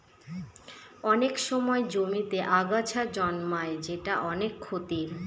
অনেক সময় জমিতে আগাছা জন্মায় যেটা অনেক ক্ষতির